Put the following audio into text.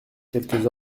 quelques